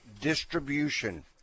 distribution